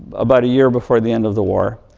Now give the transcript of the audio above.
about a year before the end of the war.